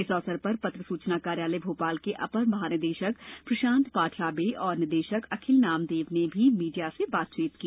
इस अवसर पर पत्र सूचना कार्यालय भोपाल के अपर महानिदेशक प्रशांत पाठराबे और निदेशक अखिल कुमार नामदेव ने भी मीडिया से बातचीत की